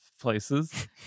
places